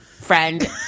friend